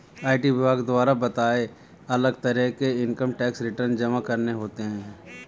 IT विभाग द्वारा बताए, अलग तरह के इन्कम टैक्स रिटर्न जमा करने होते है